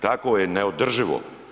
Tako je neodrživo.